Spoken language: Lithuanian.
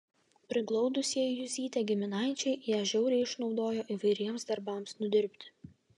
priglaudusieji juzytę giminaičiai ją žiauriai išnaudojo įvairiems darbams nudirbti